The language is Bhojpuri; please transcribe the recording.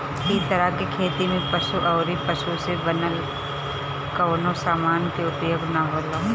इ तरह के खेती में पशु अउरी पशु से बनल कवनो समान के उपयोग ना होला